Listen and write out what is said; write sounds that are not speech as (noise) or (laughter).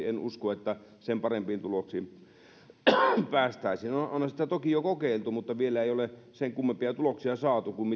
(unintelligible) en usko että keskusjohtoisesti päästäisiin sen parempiin tuloksiin onhan sitä toki jo kokeiltu mutta vielä ei ole sen kummempia tuloksia saatu kuin (unintelligible)